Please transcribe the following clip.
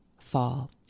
fall